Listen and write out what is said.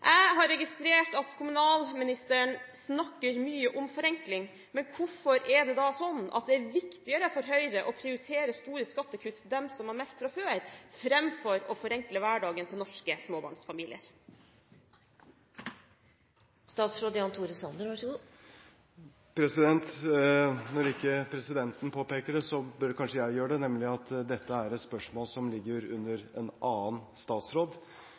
Jeg har registrert at kommunalministeren snakker mye om forenkling, men hvorfor er det da viktigere for Høyre å prioritere store skattekutt til dem som har mest fra før, framfor å forenkle hverdagen til norske småbarnsfamilier? Når ikke presidenten påpeker det, bør kanskje jeg gjøre det, nemlig at dette er et spørsmål som ligger under en annen statsråd,